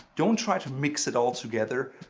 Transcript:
don't try to mix it all together,